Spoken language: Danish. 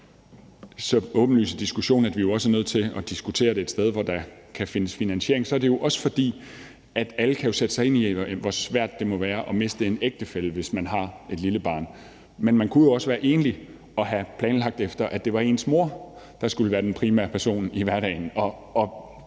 egentlig skal være. Ud over den åbenlyse diskussion om, hvor der kan findes finansiering, kan alle jo sætte sig ind i, hvor svært det må være at miste en ægtefælle, hvis man har et lille barn. Men man kunne jo også være enlig og have planlagt efter, at det var ens mor, der skulle være den primære person i hverdagen.